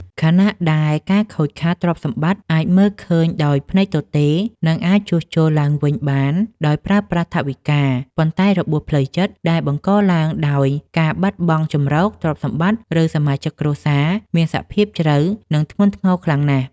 ខណៈដែលការខូចខាតទ្រព្យសម្បត្តិអាចមើលឃើញដោយភ្នែកទទេ និងអាចជួសជុលឡើងវិញបានដោយប្រើប្រាស់ថវិកា ប៉ុន្តែ របួសផ្លូវចិត្ត ដែលបង្កឡើងដោយការបាត់បង់ជម្រក ទ្រព្យសម្បត្តិ ឬសមាជិកគ្រួសារ មានសភាពជ្រៅ និងធ្ងន់ធ្ងរខ្លាំងណាស់។